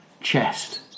chest